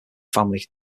family